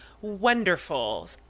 wonderful